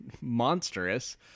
monstrous